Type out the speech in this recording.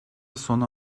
sona